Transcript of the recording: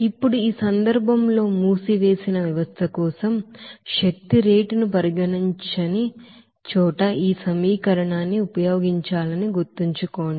ఇప్పుడు ఈ సందర్భంలో మూసివేసిన వ్యవస్థ కోసం శక్తి రేటును పరిగణించని చోట ఈ సమీకరణాన్ని ఉపయోగించాలని గుర్తుంచుకోండి